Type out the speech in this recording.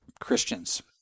Christians